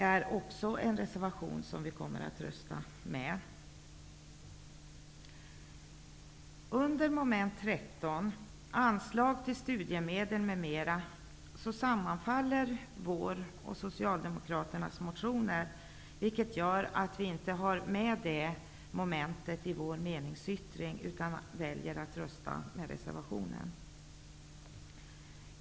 Även den reservationen kommer vi att rösta för. sammanfaller våra och Socialdemokraternas motioner, vilket gör att vi inte har med det momentet i vår meningsyttring. I stället väljer vi att rösta för reservationen.